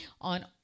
on